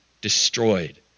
destroyed